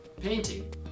painting